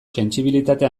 sentsibilitate